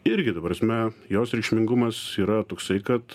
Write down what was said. irgi ta prasme jos reikšmingumas yra toksai kad